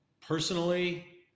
personally